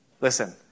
Listen